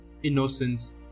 innocence